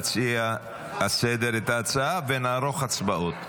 תציע לסדר-היום את ההצעה ונערוך הצבעות.